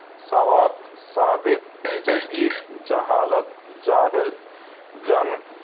ثواب ثابت جدید جہالت جاہل جنگ